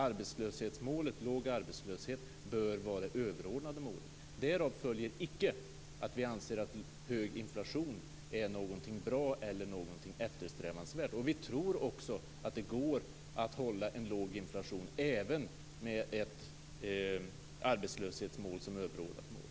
Arbetslöshetsmålet - låg arbetslöshet - bör vara det överordnade målet. Därav följer icke att vi anser att hög inflation är någonting bra eller någonting eftersträvansvärt. Vi tror också att det går att hålla en låg inflation även med ett arbetslöshetsmål som överordnat mål.